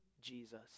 Jesus